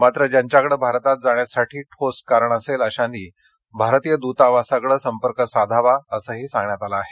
मात्र ज्यांच्याकडं भारतात जाण्यासाठी ठोस कारण असेल अशांनी भारतीय दूतावासाकडे संपर्क साधावा असं सांगण्यात आलं आहे